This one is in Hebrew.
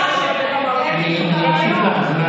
אני אוסיף לך זמן,